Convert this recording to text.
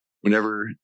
whenever